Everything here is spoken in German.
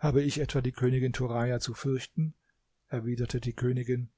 habe ich etwa die königin turaja zu fürchten erwiderte die königin